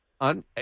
on